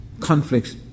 conflicts